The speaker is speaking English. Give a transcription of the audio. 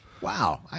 Wow